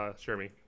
Jeremy